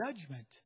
judgment